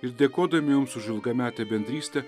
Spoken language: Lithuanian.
ir dėkodami jums už ilgametę bendrystę